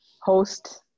host